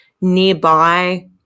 nearby